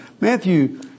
Matthew